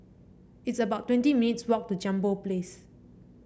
it's about twenty minutes' walk to Jambol Place